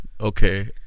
Okay